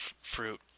fruit